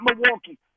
Milwaukee